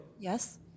Yes